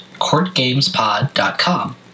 CourtGamesPod.com